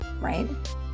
right